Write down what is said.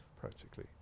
practically